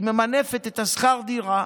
היא ממנפת את שכר הדירה